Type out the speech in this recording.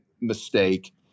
mistake